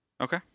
Okay